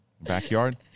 backyard